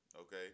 Okay